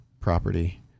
property